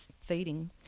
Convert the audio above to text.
feeding